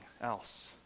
else